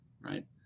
right